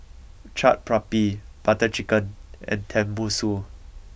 Chaat Papri Butter Chicken and Tenmusu